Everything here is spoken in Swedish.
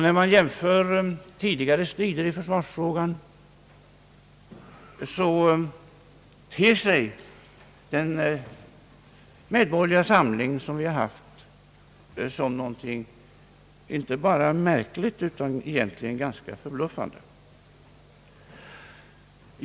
När man jämför tidigare strider i försvarsfrågan, ter sig den medborgerliga samling som vi haft såsom något inte bara märkligt utan egentligen ganska förbluffande.